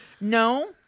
No